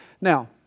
Now